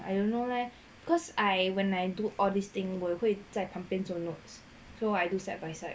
I don't know leh cause I when I do all these thing 我会在旁边做 notes so I do side by side